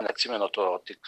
neatsimenu to tik